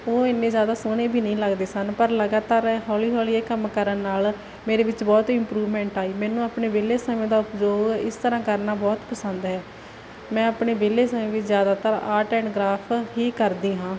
ਉਹ ਐਨੇ ਜਿਆਦਾ ਸੋਹਣੇ ਵੀ ਨਈਂ ਲੱਗਦੇ ਸਨ ਪਰ ਲਗਾਤਾਰ ਹੋਲੀ ਹੋਲੀ ਇਹ ਕੰਮ ਕਰਨ ਨਾਲ ਮੇਰੇ ਵਿੱਚ ਬਹੁਤ ਇੰਪਰੂਵਮੈਂਟ ਆਈ ਮੈਨੂੰ ਆਪਣੇ ਵਿਹਲੇ ਸਮੇਂ ਦਾ ਉਪਯੋਗ ਇਸ ਤਰ੍ਹਾਂ ਕਰਨਾ ਬਹੁਤ ਪਸੰਦ ਹੈ ਮੈਂ ਆਪਣੇ ਵਿਹਲੇ ਸਮੇਂ ਵਿੱਚ ਜਿਆਦਾਤਰ ਆਰਟ ਐਂਡ ਕ੍ਰਾਫਟ ਹੀ ਕਰਦੀ ਹਾਂ